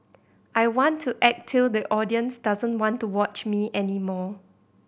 I want to act till the audience doesn't want to watch me any more